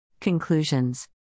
Conclusions